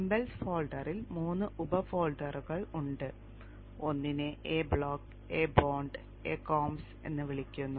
symbols ഫോൾഡറിൽ മൂന്ന് ഉപ ഫോൾഡറുകൾ ഉണ്ട് ഒന്നിനെ A block A bond A comps എന്ന് വിളിക്കുന്നു